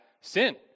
sin